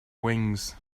wings